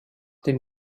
dem